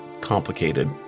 complicated